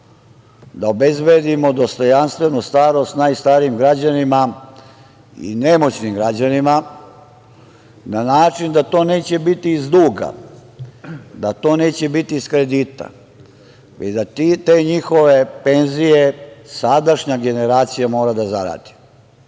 da obezbedimo dostojanstvenu starost najstarijim građanima, i nemoćnim građanima, na način da to neće biti iz duga, da to neće biti iz kredita, već da te njihove penzije sadašnja generacija mora da zaradi.Zašto